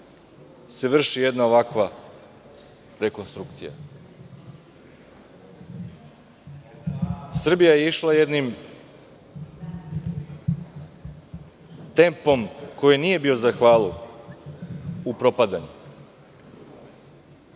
se vrši jedna ovakva rekonstrukcija? Srbija je išla jednim tempom, koji nije bio za hvalu, u propadanje